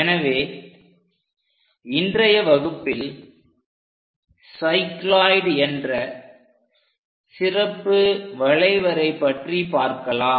எனவே இன்றைய வகுப்பில் சைக்ளோயிட் என்ற சிறப்பு வளைவரை பற்றி பார்க்கலாம்